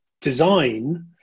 design